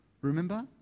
Remember